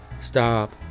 Stop